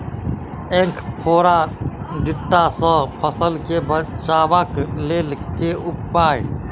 ऐंख फोड़ा टिड्डा सँ फसल केँ बचेबाक लेल केँ उपाय?